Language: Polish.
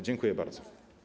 Dziękuję bardzo.